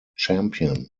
champion